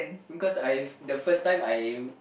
because I the first time I